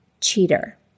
cheater